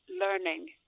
learning